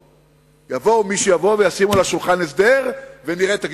יבוא מי שיבוא וישים על השולחן הסדר ונראה את הגיבורים.